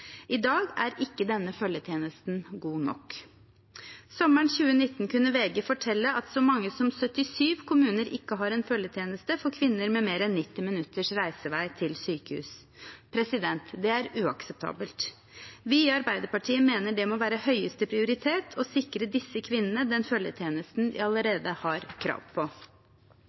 I dag er ikke denne følgetjenesten god nok. Sommeren 2019 kunne VG fortelle at så mange som 77 kommuner ikke har en følgetjeneste for kvinner med mer enn 90 minutters reisevei til sykehus. Det er uakseptabelt. Vi i Arbeiderpartiet mener det må være høyeste prioritet å sikre disse kvinnene den følgetjenesten de allerede har krav på.